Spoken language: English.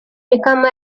became